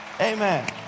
Amen